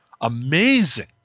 amazing